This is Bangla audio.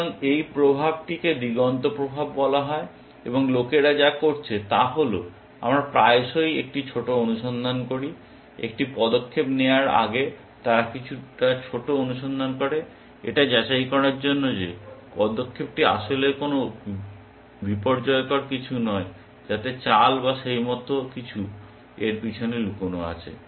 সুতরাং এই প্রভাবটিকে দিগন্ত প্রভাব বলা হয় এবং লোকেরা যা করেছে তা হল আমরা প্রায়শই একটি ছোট অনুসন্ধান করি একটি পদক্ষেপ নেওয়ার আগে তারা কিছুটা ছোট অনুসন্ধান করে এটা যাচাই করার জন্য যে পদক্ষেপটি আসলেই কোনও বিপর্যয়কর কিছু নয় যাতে চাল বা সেই মত কিছু এর পিছনে লুকানো আছে